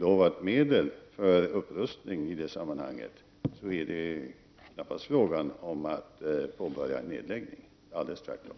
Om medel för upprustning i det sammanhanget har utlovats, är det knappast fråga om att påbörja en nedläggning — tvärtom.